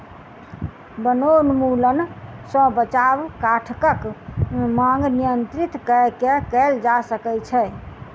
वनोन्मूलन सॅ बचाव काठक मांग नियंत्रित कय के कयल जा सकै छै